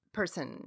person